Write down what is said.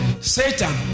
Satan